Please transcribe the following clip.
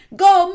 go